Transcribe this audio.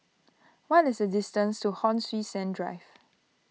what is the distance to Hon Sui Sen Drive